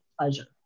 pleasure